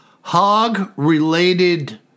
hog-related